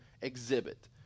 exhibit